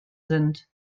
sind